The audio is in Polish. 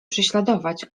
prześladować